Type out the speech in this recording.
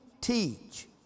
teach